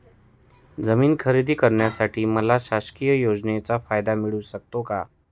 जमीन खरेदी करण्यासाठी मला शासकीय योजनेचा फायदा मिळू शकतो का?